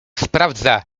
sprawdza